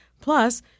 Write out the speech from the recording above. Plus